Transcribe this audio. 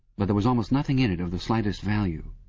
but there was almost nothing in it of the slightest value.